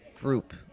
group